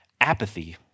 apathy